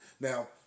Now